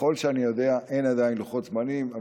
ככל שאני יודע אין עדיין לוחות זמנים,